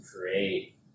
create